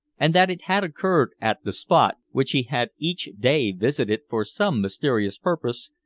and that it had occurred at the spot which he had each day visited for some mysterious purpose,